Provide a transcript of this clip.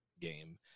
game